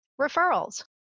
referrals